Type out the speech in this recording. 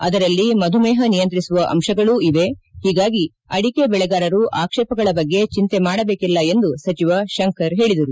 ಅದರಲ್ಲಿ ಮಧುಮೇಪ ನಿಯಂತ್ರಿಸುವ ಅಂಶಗಳು ಇವೆ ಒೀಗಾಗಿ ಅಡಿಕೆ ಬೆಳೆಗಾರರು ಆಕ್ಷೇಪಗಳ ಬಗ್ಗೆ ಜಿಂತೆ ಮಾಡಬೇಕಿಲ್ಲ ಎಂದು ಸಜಿವ ಶಂಕರ್ ಹೇಳಿದರು